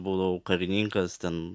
buvau karininkas ten